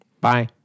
Bye